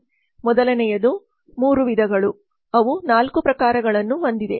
ಮೊದಲನೆಯದು 3 ವಿಧಗಳು ಅವು 4 ಪ್ರಕಾರಗಳನ್ನು ಹೊಂದಿವೆ